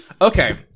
okay